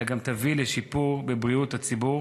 אלא גם תביא לשיפור בבריאות הציבור